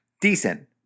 decent